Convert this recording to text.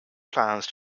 plans